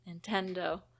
Nintendo